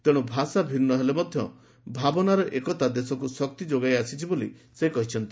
ତେଶ୍ୱ ଭାଷା ଭିନୁ ହେଲେ ମଧ୍ୟ ଭାବନାର ଏକତା ଦେଶକୁ ଶକ୍ତି ଯୋଗାଇ ଆସିଛି ବୋଲି ସେ କହିଛନ୍ତି